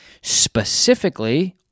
specifically